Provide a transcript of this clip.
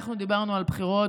אנחנו דיברנו על בחירות,